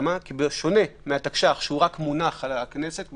בשונה מהתקש"ח שהוא רק מונח לפני הכנסת על